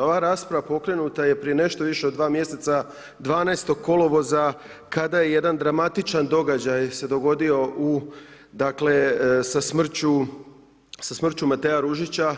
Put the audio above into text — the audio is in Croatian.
Ova rasprava pokrenuta je prije nešto više od dva mjeseca 12. kolovoza kada jedan dramatičan događaj se dogodio u dakle, sa smrću Matea Ružića,